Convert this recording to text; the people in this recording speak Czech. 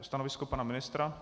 Stanovisko pana ministra?